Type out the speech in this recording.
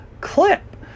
clip